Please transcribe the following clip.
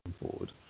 forward